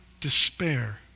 despair